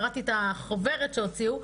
קראתי את החוברת שהוציאו,